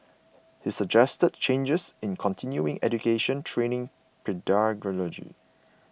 he suggested changes in continuing education training pedagogy